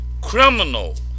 criminal